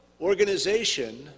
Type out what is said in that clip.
organization